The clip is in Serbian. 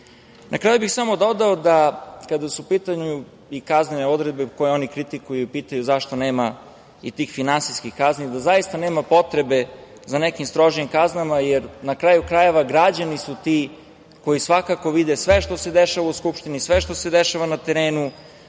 kraju bih samo dodao da, kada su u pitanju kaznene odredbe koje oni kritikuju i pitaju zašto nema i tih finansijskih kazni, da zaista nema potrebe za nekim strožijim kaznama, jer, na kraju krajeva, građani su ti koji svakako vide sve što se dešava u Skupštini, sve što se dešava na terenu.